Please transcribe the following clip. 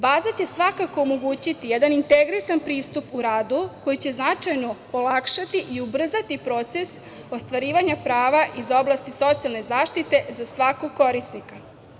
Baza će svakako omogućiti jedan integrisan pristup u radu koji će značajno olakšati i ubrzati proces ostvarivanja prava iz oblasti socijalne zaštite za svakog korisnika.